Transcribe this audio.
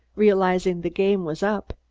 realizing the game was up,